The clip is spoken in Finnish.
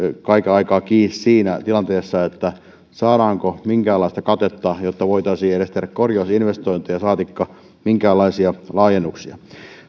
kaiken aikaa kiinni siinä tilanteessa saadaanko minkäänlaista katetta jotta voitaisiin tehdä edes korjausinvestointeja saatikka minkäänlaisia laajennuksia